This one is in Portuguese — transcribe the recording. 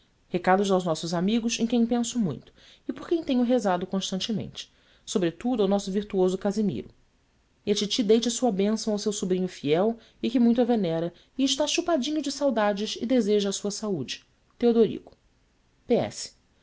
recados aos nossos amigos em quem penso muito e por quem tenho rezado constantemente sobretudo ao nosso virtuoso casimiro e a titi deite a sua bênção ao seu sobrinho fiel e que muito a venera e está chupadinho de saudades e deseja a sua saúde teodorico p